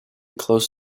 close